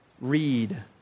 read